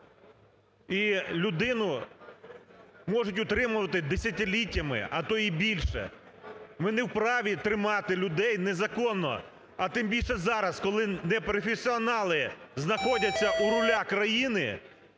І людину можуть утримувати десятиліттями, а то і більше, ми не вправі тримати людей незаконно, а тим більше зараз, коли не професіонали знаходяться у "руля" країни,